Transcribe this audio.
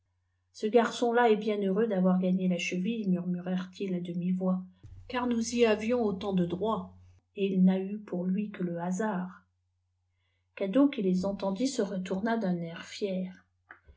ce garçon-là est bien heureux d'avoir gagné la cheville murmurèrent-ils à demi voix car nous y avions autant de droits et il n'a eu pour lui que le hasard rado qui les entendit se retourna d'un air fier